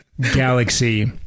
galaxy